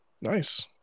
Nice